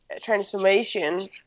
transformation